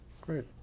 great